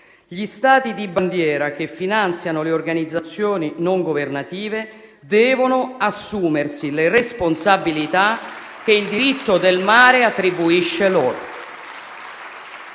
Gli Stati di bandiera, che finanziano le organizzazioni non governative, devono assumersi le responsabilità che il diritto del mare attribuisce loro.